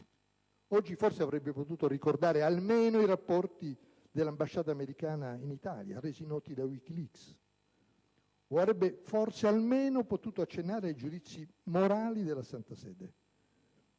Oggi forse avrebbe potuto almeno ricordare i rapporti dell'ambasciata americana in Italia resi noti da WikiLeaks. Oppure avrebbe almeno potuto accennare ai giudizi morali della Santa Sede.